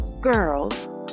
girls